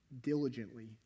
diligently